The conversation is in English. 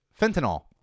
fentanyl